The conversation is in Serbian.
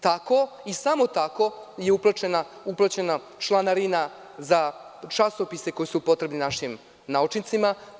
Tako i samo tako je uplaćena članarina za časopise koji su potrebni našim naučnicima.